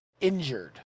injured